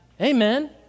Amen